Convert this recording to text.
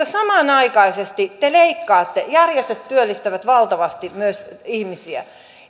samanaikaisesti te leikkaatte järjestöt työllistävät valtavasti myös ihmisiä